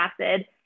acid